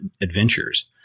adventures